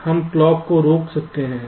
हम क्लॉक को रोक सकते हैं